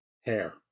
Hair